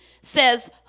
says